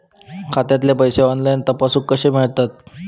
खात्यातले पैसे ऑनलाइन तपासुक कशे मेलतत?